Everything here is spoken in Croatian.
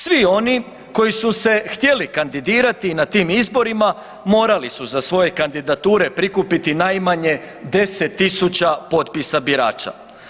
Svi oni koji su se htjeli kandidirati na tim izborima, morali su ta svoje kandidature prikupiti najmanje 10 000 potpisa birača.